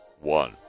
one